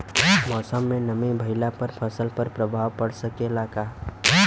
मौसम में नमी भइला पर फसल पर प्रभाव पड़ सकेला का?